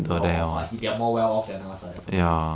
well off ah he they are more well off than us lah definitely